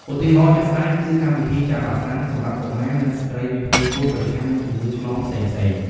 ឧទាហរណ៍ជាក់ស្តែងគឺ កម្មវិធីចាក់វ៉ាក់សាំង សម្រាប់កុមារ និងស្ត្រីមានផ្ទៃពោះប្រឆាំងនឹងជំងឺឆ្លងផ្សេងៗ។